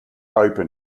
open